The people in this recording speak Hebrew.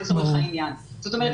זאת אומרת,